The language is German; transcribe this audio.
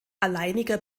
alleiniger